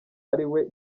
ariwe